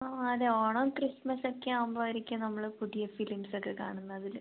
ആ അതെ ഓണം ക്രിസ്മസൊക്കെ ആകുമ്പോഴായിരിക്കും നമ്മൾ പുതിയ ഫിലിംസൊക്കെ കാണുന്നത് അതിൽ